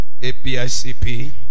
APICP